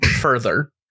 further